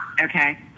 Okay